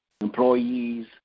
employees